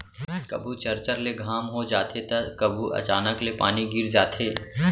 कभू चरचर ले घाम हो जाथे त कभू अचानक ले पानी गिर जाथे